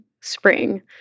spring